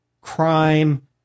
crime